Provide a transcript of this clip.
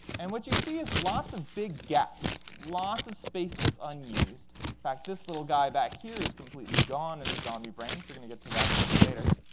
and what you see is lots of big gaps, lots of space that's unused. in fact, this little guy back here is completely gone in the zombie brain. we're going to get to that a little bit later.